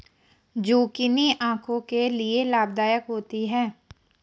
zucchini आंखों के लिए लाभदायक होती है